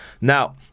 Now